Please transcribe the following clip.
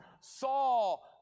Saul